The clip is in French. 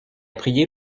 prié